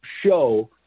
show